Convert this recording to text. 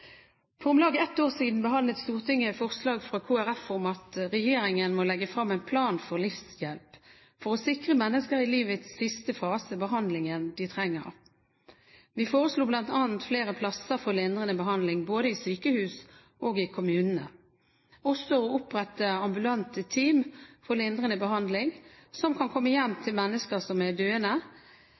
For om lag ett år siden behandlet Stortinget forslag fra Kristelig Folkeparti om at regjeringen må legge frem en plan for livshjelp for å sikre mennesker i livets siste fase behandlingen de trenger. Vi foreslo bl.a. flere plasser for lindrende behandling både i sykehus og i kommunene, og også å opprette ambulante team for lindrende behandling som kan komme hjem til mennesker som er døende.